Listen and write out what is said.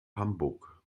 hamburg